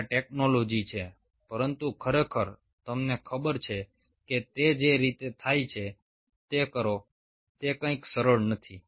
ત્યાં ટેક્નોલોજી છે પરંતુ ખરેખર તમને ખબર છે કે તે જે રીતે થાય છે તે કરો તે કંઈક સરળ નથી